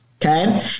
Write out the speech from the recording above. Okay